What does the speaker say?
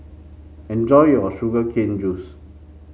enjoy your Sugar Cane Juice